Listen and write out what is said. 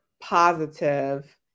positive